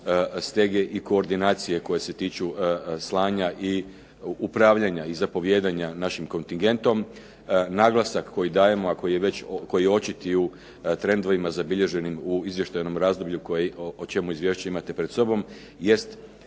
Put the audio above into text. stege i koordinacije koje se tiču slanja i upravljanja i zapovijedanja našim kontingentom. Naglasak koji dajemo a koji je već, koji je očit i u trendovima zabilježenim u izvještajnom razdoblju o čemu izvješće imate pred sobom jest